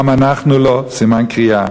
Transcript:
גם אנחנו לא, סימן קריאה.